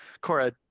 Cora